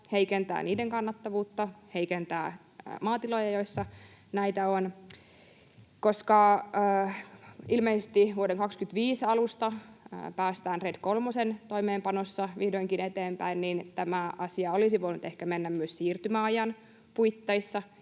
heikentää niiden kannattavuutta, heikentää maatiloja, joilla näitä on. Koska ilmeisesti vuoden 25 alusta päästään RED kolmosen toimeenpanossa vihdoinkin eteenpäin, tämä asia olisi voinut ehkä mennä myös siirtymäajan puitteissa